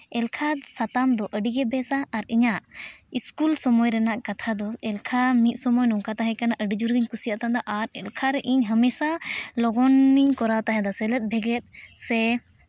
ᱮᱞᱠᱷᱟ ᱥᱟᱛᱟᱢ ᱫᱚ ᱟᱹᱰᱤᱜᱮ ᱵᱮᱥᱟ ᱟᱨ ᱤᱧᱟᱹᱜ ᱤᱥᱠᱩᱞ ᱥᱚᱢᱚᱭ ᱨᱮᱱᱟᱜ ᱠᱟᱛᱷᱟ ᱫᱚ ᱮᱞᱠᱷᱟ ᱢᱤᱫ ᱥᱚᱢᱚᱭ ᱱᱚᱝᱠᱟ ᱛᱟᱦᱮᱸᱠᱟᱱᱟ ᱟᱹᱰᱤ ᱡᱳᱨᱜᱤᱧ ᱠᱩᱥᱤᱭᱟᱜ ᱛᱟᱦᱮᱱ ᱟᱨ ᱮᱞᱠᱷᱟ ᱨᱮ ᱤᱧ ᱦᱟᱢᱮᱥᱟ ᱞᱚᱜᱚᱱᱤᱧ ᱠᱚᱨᱟᱣ ᱛᱟᱦᱮᱱᱟ ᱥᱮᱞᱮᱫ ᱵᱷᱮᱜᱮᱫ ᱥᱮ